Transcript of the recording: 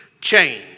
change